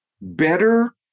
better